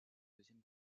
deuxième